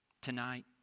tonight